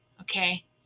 Okay